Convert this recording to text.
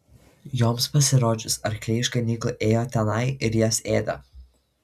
joms pasirodžius arkliai iš ganyklų ėjo tenai ir jas ėdė